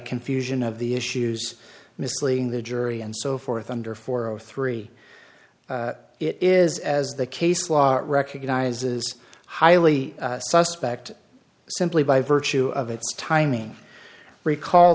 confusion of the issues misleading the jury and so forth under four o three it is as the case law recognizes highly suspect simply by virtue of its timing recall